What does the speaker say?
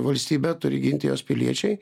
valstybę turi ginti jos piliečiai